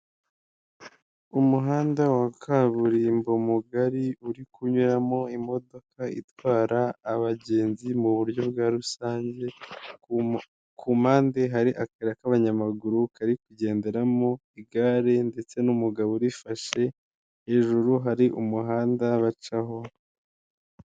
Umuhanda wa kaburimbo mugari uri kunyuramo imodoka itwara abagenzi mu buryo bwa rusange, ku mpande hari akayira k'abanyamaguru kari kugenderamo igare ndetse n'umugabo urifashe, hejuru hari umuhanda bacaho.